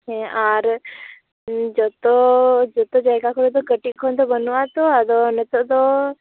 ᱦᱮᱸ ᱟᱨ ᱡᱚᱛᱚ ᱡᱚᱛᱚ ᱡᱟᱭᱜᱟ ᱠᱚᱨᱮ ᱫᱚ ᱠᱟᱹᱴᱤᱡ ᱠᱷᱚᱱᱫᱚ ᱵᱟᱹᱱᱩᱜᱼᱟ ᱛᱚ ᱟᱫᱚ ᱱᱤᱛᱳᱜ ᱫᱚ